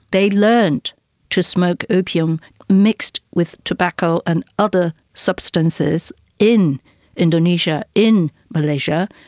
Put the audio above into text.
they learnt to smoke opium mixed with tobacco and other substances in indonesia, in malaysia,